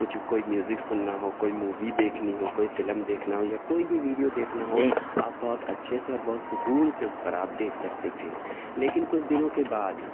کچھ کوئی میوزک سننا ہو کوئی مووی دیکھنی ہو کوئی فلم دیکھنا ہو یا کوئی بھی ویڈیو دیکھنا ہو آپ بہت اچھے سے اور بہت سکون سے اس پر آپ دیکھ سکتے تھے لیکن کچھ دنوں کے بعد